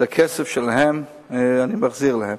זה הכסף שלהם ואני מחזיר להם.